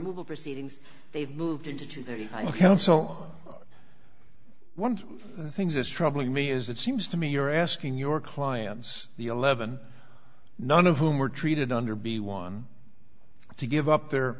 removal proceedings they've moved into two very high so one of the things is troubling me is it seems to me you're asking your clients the eleven none of whom were treated under be one to give up their